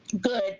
good